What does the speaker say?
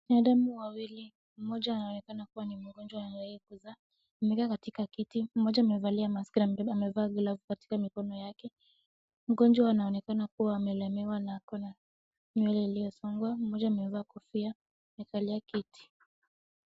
Binadamu wawili, mmoja anaonekana kuwa ni mgonjwa anayetaka kuzaa amekaa katika kiti, mmoja amevalia maski na mwingine amevaa glavu katika mikono yake , mgonjwa anaonekana kuwa amelemewa na ako na nywele iliyosongwa, mmoja amevaa kofia amekalia kiti.